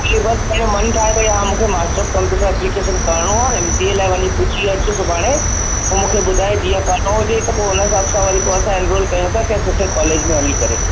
तूं बसि पंहिंजो मन ठाहे भाई मूंखे मास्टर ऑफ कंप्यूटर एप्लीकेशन करिणो आहे एम सी ए लाइ वञी पुछी अच सुभाणे पोइ मूंखे ॿुधाइ जीअं करिणो हुजे त पोइ उन हिसाब सां वरी पोइ एनरोल कयूं था कंहिं सुठे कॉलेज मे हली करे